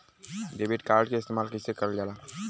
Debit card के इस्तेमाल कइसे करल जाला?